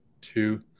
two